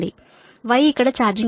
Y ఇక్కడ charging admittance j0